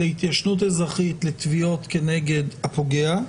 להתיישנות אזרחית, לתביעות כנגד הפוגע,